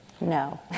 no